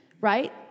right